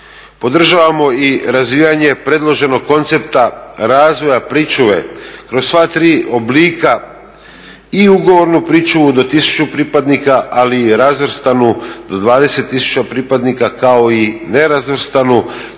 Podržavamo i razvijanje predloženog koncepta razvoja pričuve kroz sva tri oblika i ugovornu pričuvu do 1000 pripadnika, ali i razvrstanu do 20 000 pripadnika, kao i nerazvrstanu,